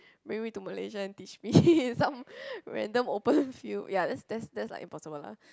bring me to Malaysia and teach me some random open field ya that's that's that's like impossible lah